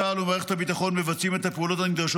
צה"ל ומערכת הביטחון מבצעים את הפעולות הנדרשות